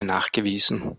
nachgewiesen